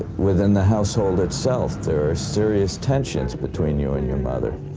within the household itself, there is serious tensions between you and your mother.